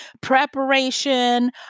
preparation